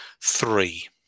three